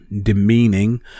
demeaning